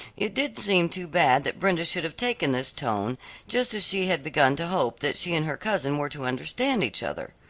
it did seem too bad that brenda should have taken this tone just as she had begun to hope that she and her cousin were to understand each other.